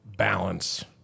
balance